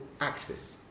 access